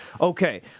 Okay